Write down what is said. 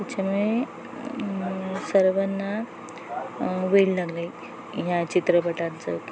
त्याच्यामुळे सर्वांना वेड लागलं आहे ह्या चित्रपटांचं